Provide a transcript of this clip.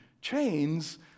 chains